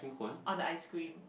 on the ice cream